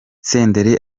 senderi